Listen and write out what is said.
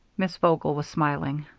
miss vogel was smiling.